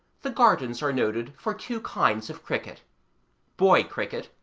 the gardens are noted for two kinds of cricket boy cricket,